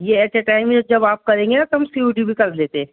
یہ ایسے ٹائم جب آپ کریں گے بھی کر لیتے